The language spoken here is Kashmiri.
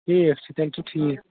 ٹھیٖک چھُ تیٚلہِ چھُ ٹھیٖک